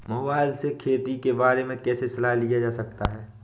Mobile से खेती के बारे कैसे सलाह लिया जा सकता है?